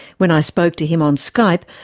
when i spoke to him on skype,